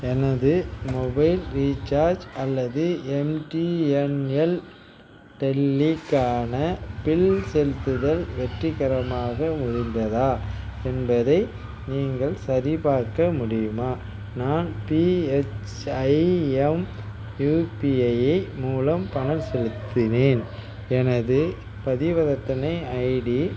எனது mobile recharge அல்லது MTNL டெல்லிக்கான பில் செலுத்துதல் வெற்றிகரமாக முடிந்ததா என்பதை நீங்கள் சரிபார்க்க முடியுமா நான் பிஹெச்ஐஎம் யுபிஐயை மூலம் பணம் செலுத்தினேன் எனது பரிவர்த்தனை ஐடி